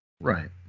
Right